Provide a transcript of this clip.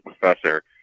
professor